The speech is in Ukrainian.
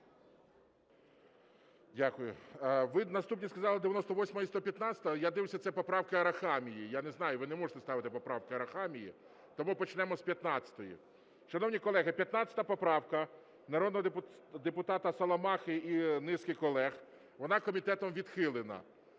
Дякую. Ви наступні сказали 98-а і 115-а, я дивлюся, це поправки Арахамії. Я не знаю, ви не можете ставити поправки Арахамії, тому почнемо з 15-ї. Шановні колеги, 15 поправка народного депутата Саламахи і низки колег, вона комітетом відхилена.